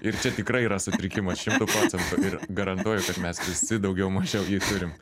ir čia tikrai yra sutrikimas šimtu procentų ir garantuoju kad mes visi daugiau mažiau jį turim